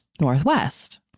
northwest